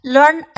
Learn